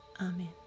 Amen